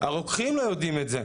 הרוקחים לא יודעים את זה,